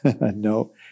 no